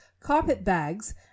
carpet-bags